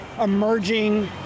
emerging